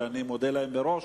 ואני מודה להם מראש,